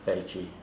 very itchy